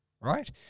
right